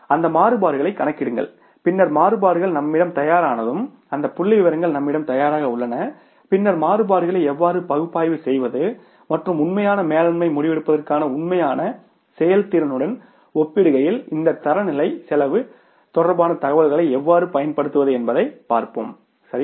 அந்த மாறுபாடுகளைக் கணக்கிடுங்கள் பின்னர் மாறுபாடுகள் நம்மிடம் தயாரானதும் அந்த புள்ளிவிவரங்கள் நம்மிடம் தயாராக உள்ளன பின்னர் மாறுபாடுகளை எவ்வாறு பகுப்பாய்வு செய்வது மற்றும் உண்மையான மேலாண்மை முடிவெடுப்பதற்கான உண்மையான செயல்திறனுடன் ஒப்பிடுகையில் இந்த தரநிலை செலவு தொடர்பான தகவல்களை எவ்வாறு பயன்படுத்துவது என்பதை பார்ப்போம் சரியா